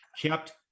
kept